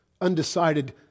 undecided